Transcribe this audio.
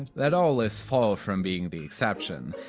that all is far from being the exception.